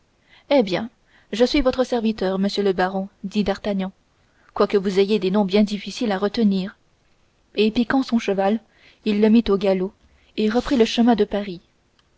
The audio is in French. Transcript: eh bien je suis votre serviteur monsieur le baron dit d'artagnan quoique vous ayez des noms bien difficiles à retenir et piquant son cheval il le mit au galop et reprit le chemin de paris